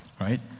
Right